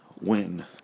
win